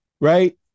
right